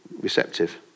receptive